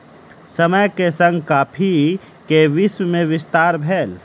समय के संग कॉफ़ी के विश्व में विस्तार भेल